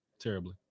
Terribly